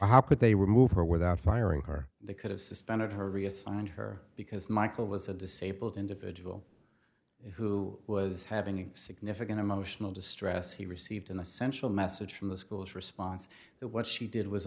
how could they remove her without firing her they could have suspended her reassigned her because michael was a disabled individual who was having significant emotional distress he received an essential message from the school's response that what she did was